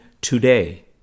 today